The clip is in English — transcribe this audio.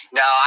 no